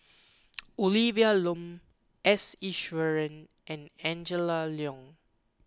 Olivia Lum S Iswaran and Angela Liong